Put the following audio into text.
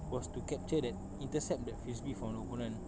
was to capture that intercept the frisbee from the opponent